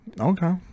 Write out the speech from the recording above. Okay